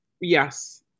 Yes